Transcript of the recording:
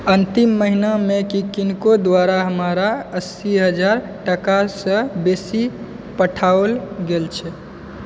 अन्तिम महिनामे की किनको द्वारा हमरा अस्सी हजार टकासँ बेसी पठाओल गेल छै